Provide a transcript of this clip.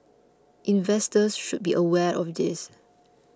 investors should be aware of this